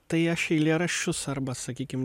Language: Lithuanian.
tai aš eilėraščius arba sakykim